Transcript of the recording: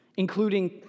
including